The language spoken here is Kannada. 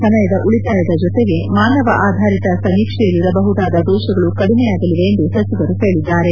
ಸಮಯದ ಉಳತಾಯದ ಜೊತೆಗೆ ಮಾನವ ಆಧಾರಿತ ಸಮೀಕ್ಷೆಯಲ್ಲಿರಬಹುದಾದ ದೋಷಗಳು ಕಡಿಮೆಯಾಗಲಿವೆ ಎಂದು ಸಚಿವರು ಹೇಳದ್ದಾರೆ